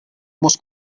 muss